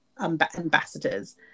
ambassadors